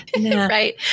Right